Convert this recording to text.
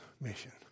mission